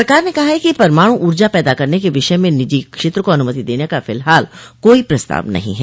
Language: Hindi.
सरकार ने कहा कि परमाणु ऊजा पैदा करने के विषय में निजी क्षेत्र को अनुमति देने का फिलहाल कोई प्रस्ताव नहीं है